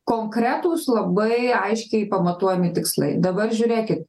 konkretūs labai aiškiai pamatuojami tikslai dabar žiūrėkit